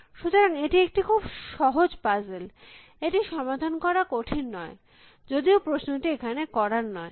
সুতরাং এটি একটি খুব সহজ পাজেল এটি সমাধান করা কঠিন নয় যদিও প্রশ্নটি এখানে করার নয়